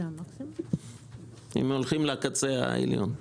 אם הולכים לקצה העליון.